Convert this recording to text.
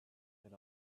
had